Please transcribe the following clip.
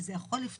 כי זה יכול לפתור